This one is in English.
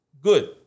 good